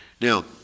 Now